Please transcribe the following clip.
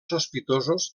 sospitosos